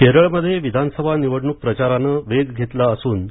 केरळ निवडणक प्रचार केरळमध्ये विधानसभा निवडणूक प्रचाराने वेग घेतला असून